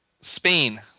Spain